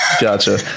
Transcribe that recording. Gotcha